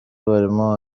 barimo